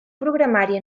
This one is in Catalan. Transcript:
programari